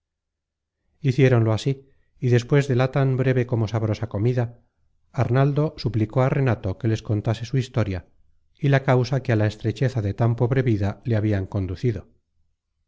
hicieronlo así y despues de la tan breve como sabrosa comida arnaldo suplicó á renato que les contase su historia y la causa que á la estrecheza de tan pobre vida le habia conducido